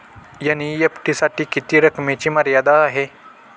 NEFT साठी किती रकमेची मर्यादा आहे?